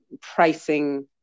pricing